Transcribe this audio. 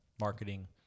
Marketing